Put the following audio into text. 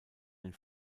den